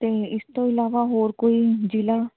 ਅਤੇ ਇਸ ਤੋਂ ਇਲਾਵਾ ਹੋਰ ਕੋਈ ਜ਼ਿਲ੍ਹਾ